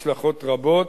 השלכות רבות,